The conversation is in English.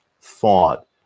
thought